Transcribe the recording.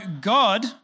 God